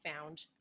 found